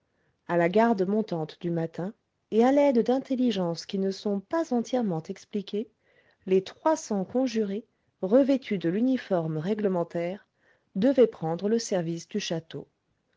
a la garde montante du matin et à l'aide d'intelligences qui ne sont pas entièrement expliquées les trois cents conjurés revêtus de l'uniforme réglementaire devaient prendre le service du château